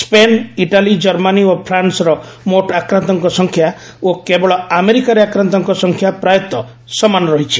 ସ୍କେନ Italy Germany ଓ ଫ୍ରାନ୍ସର ମୋଟ ଆକ୍ରାନ୍ତଙ୍କ ସଂଖ୍ୟା ଓ କେବଳ ଆମେରିକାର ଆକ୍ରାନ୍ତଙ୍କ ସଂଖ୍ୟା ପ୍ରାୟତଃ ସମାନ ରହିଛି